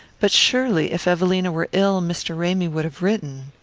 but surely if evelina were ill mr. ramy would have written.